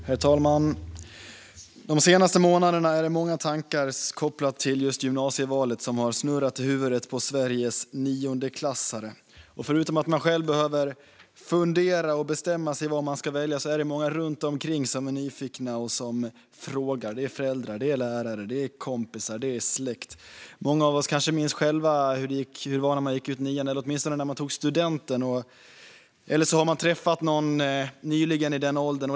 Herr talman! De senaste månaderna har många tankar kopplade till gymnasievalet snurrat i huvudet på Sveriges niondeklassare. Förutom att de själva behöver fundera och bestämma vad de ska välja är det många runt omkring som är nyfikna och ställer frågor. Det är föräldrar, lärare, kompisar och släkt. Många av oss kanske själva minns hur det var när man gick ur nian eller åtminstone när man tog studenten, eller så har man nyligen träffat någon i den åldern.